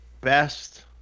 best